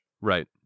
Right